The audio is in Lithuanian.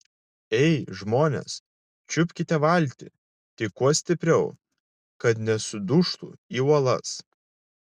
ei žmonės čiupkite valtį tik kuo stipriau kad nesudužtų į uolas